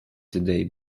today